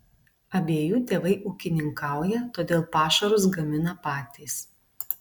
abiejų tėvai ūkininkauja todėl pašarus gamina patys